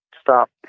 stop